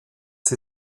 sie